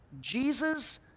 Jesus